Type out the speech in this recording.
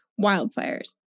wildfires